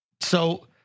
So-